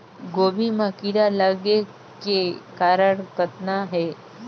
गोभी म कीड़ा लगे के कारण कतना हे?